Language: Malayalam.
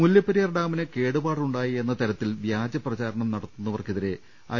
മുല്ലപ്പെരിയാർ ഡാമിന് കേടുപാടുണ്ടായി എന്ന തരത്തിൽ വ്യാജപ്രചാരണം നടത്തുന്നവർക്കെതിരെ ഐ